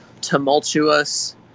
tumultuous